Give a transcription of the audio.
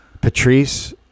Patrice